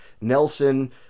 Nelson